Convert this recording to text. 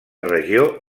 regió